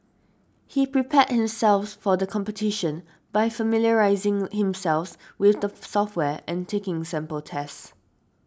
he prepared himself for the competition by familiarising himself with the software and taking sample tests